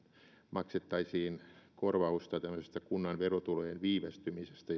maksettaisiin korvausta tämmöisestä kunnan verotulojen viivästymisestä